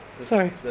Sorry